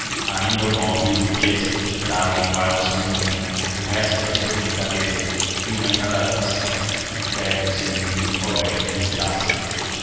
ainda o nobre e o burguês trazem o ar do seu mundo um resto da sua delicadeza e uma inadaptação que ferem o seu humilde colega de desgraça